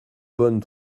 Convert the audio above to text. bonne